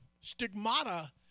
Stigmata